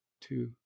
Two